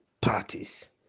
parties